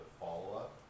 follow-up